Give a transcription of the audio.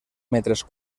metres